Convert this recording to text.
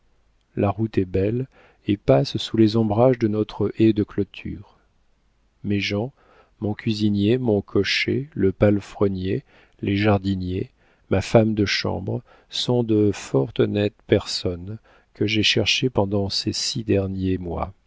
la route est belle et passe sous les ombrages de notre haie de clôture mes gens mon cuisinier mon cocher le palefrenier les jardiniers ma femme de chambre sont de fort honnêtes personnes que j'ai cherchées pendant ces six derniers mois